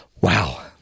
Wow